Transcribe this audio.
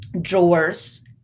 drawers